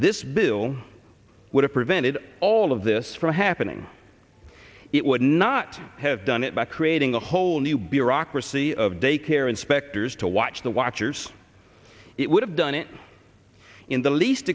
this bill would have prevented all of this from happening it would not have done it by creating a whole new bureaucracy of daycare inspectors to watch the watchers it would have done it in the least